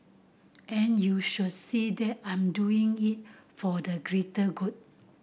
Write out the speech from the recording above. and you shall see that I'm doing it for the greater good